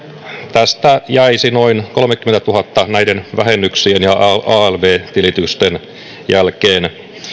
tästä jäisi henkilölle noin kolmenkymmenentuhannen näiden vähennyksien ja alv tilitysten jälkeen